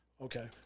Okay